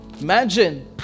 Imagine